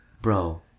bro